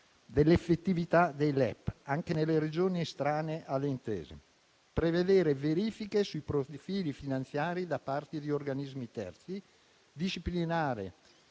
dell'effettività dei LEP anche nelle Regioni estranee alle intese, prevedere verifiche sui profili finanziari da parte di organismi terzi, disciplinare